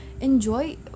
enjoy